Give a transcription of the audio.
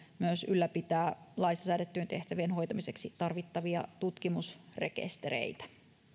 myös ylläpitää laissa säädettyjen tehtävien hoitamiseksi tarvittavia tutkimusrekistereitä